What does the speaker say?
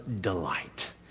delight